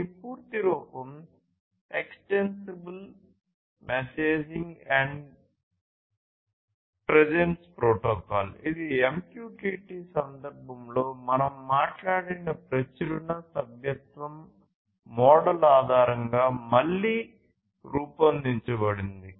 దీని పూర్తి రూపం extensible messaging and presence protocol ఇది MQTT సందర్భంలో మనం మాట్లాడిన ప్రచురణ ఉపయోగిస్తుంది